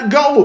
go